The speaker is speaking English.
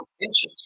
inches